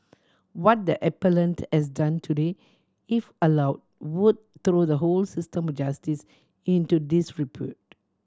what the appellant has done today if allow would throw the whole system justice into disrepute